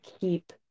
keep